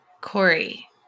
Corey